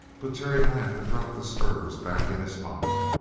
but terry laughed and dropped the spurs back in his pocket.